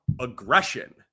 aggression